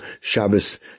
Shabbos